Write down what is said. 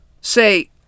say